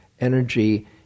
energy